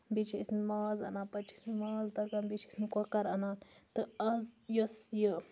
بیٚیہِ چھِ ٲسمٕتۍ ماز اَنان پَتہٕ چھِ ٲسمٕتۍ ماز دَگان بیٚیہِ چھِ ٲسمٕتۍ کۄکَر اَنان تہٕ اَز یۄس یہِ